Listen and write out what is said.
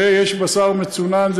ויש בשר מצונן,